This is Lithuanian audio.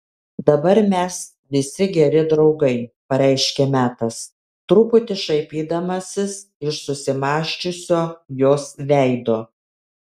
dabar mes visi geri draugai pareiškė metas truputį šaipydamasis iš susimąsčiusio jos veido